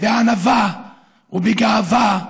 בענווה ובגאווה.